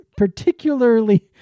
particularly